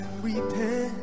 repent